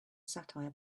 satire